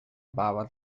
päevad